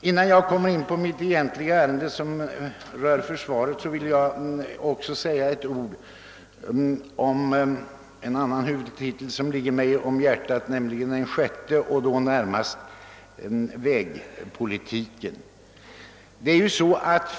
Innan jag kommer in på mitt egentliga ärende som rör försvaret vill jag säga några ord om en annan huvudtitel som ligger mig om hjärtat, nämligen den sjätte och då närmast vägpolitiken.